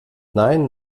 nein